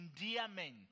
endearment